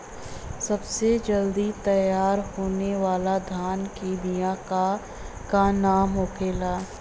सबसे जल्दी तैयार होने वाला धान के बिया का का नाम होखेला?